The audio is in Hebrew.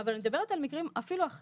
אבל אני מדברת על המקרים היותר-פשוטים.